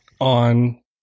on